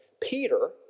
Peter